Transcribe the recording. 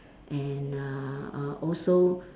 and uh uh also